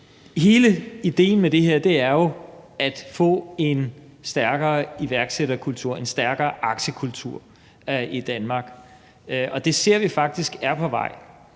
Hele idéen med det her er jo at få en stærkere iværksætterkultur, en stærkere aktiekultur i Danmark, og det ser vi faktisk er på vej,